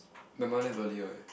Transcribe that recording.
my mum left earlier leh